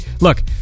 Look